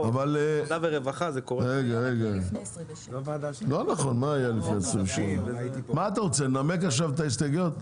בעבודה ורווחה זה קורה --- אתה רוצה לנמק עכשיו את ההסתייגויות?